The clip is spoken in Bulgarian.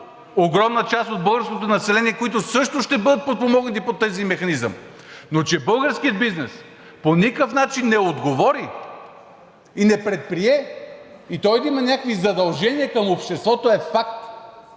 огромна част от българското население, които също ще бъдат подпомогнати по тези механизми. Но че българският бизнес по никакъв начин не отговори и не предприе и той да има някакви задължения към обществото, е факт.